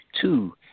Two